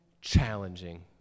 challenging